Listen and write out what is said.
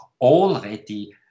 already